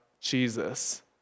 Jesus